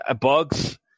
Bugs